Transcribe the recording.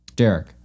Derek